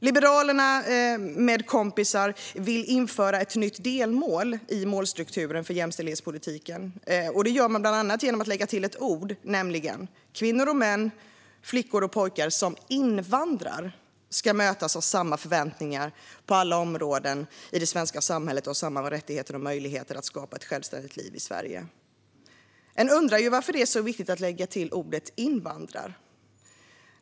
Liberalerna med kompisar vill införa ett nytt delmål i målstrukturen för jämställdhetspolitiken. Det gör de bland annat genom att lägga till ett ord: "Kvinnor och män, flickor och pojkar som invandrar ska mötas av samma förväntningar på alla områden i det svenska samhället och ha samma rättigheter och möjligheter att skapa sig ett självständigt liv i Sverige." En undrar ju varför det är så viktigt att lägga till ordet "invandrar".